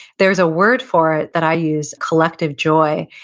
there's a word for it that i use, collective joy,